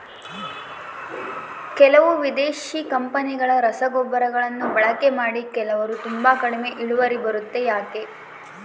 ಕೆಲವು ವಿದೇಶಿ ಕಂಪನಿಗಳ ರಸಗೊಬ್ಬರಗಳನ್ನು ಬಳಕೆ ಮಾಡಿ ಕೆಲವರು ತುಂಬಾ ಕಡಿಮೆ ಇಳುವರಿ ಬರುತ್ತೆ ಯಾಕೆ?